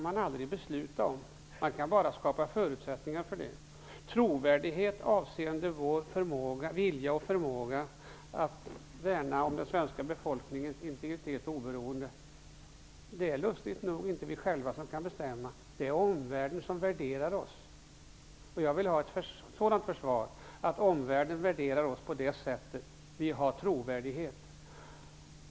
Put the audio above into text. Man kan bara skapa förutsättningar för trovärdigheten avseende vår vilja och förmåga att värna om den svenska befolkningens integritet och oberoende. Det är lustigt nog inte vi själva som kan bestämma, utan det är omvärlden som värderar oss. Jag vill ha ett sådant försvar att omvärlden värderar oss på det sättet att man anser att vi har trovärdighet.